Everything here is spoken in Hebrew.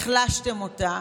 החלשתם אותה.